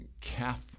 calf